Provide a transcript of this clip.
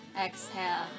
exhale